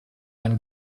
when